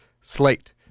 slate